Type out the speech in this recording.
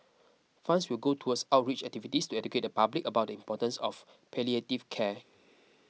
funds will go towards outreach activities to educate the public about the importance of palliative care